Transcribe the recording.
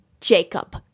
Jacob